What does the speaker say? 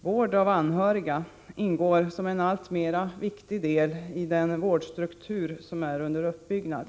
Vård av anhöriga ingår som en alltmera viktig del i den vårdstruktur som är under uppbyggnad.